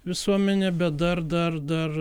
visuomenę bet dar dar dar